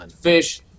fish